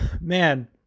man